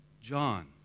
John